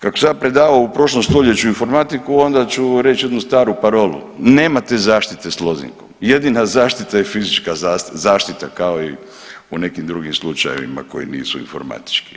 Kako sam ja predavao u prošlom stoljeću informatiku onda ću reći jednu staru parolu, nemate zaštite s lozinkom, jedina zaštita je fizička zaštita kao i u nekim drugim slučajevima koji nisu informatički.